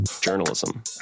journalism